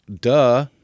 duh